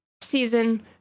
season